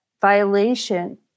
violation